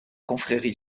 confrérie